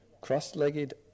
cross-legged